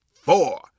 four